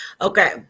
Okay